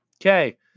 Okay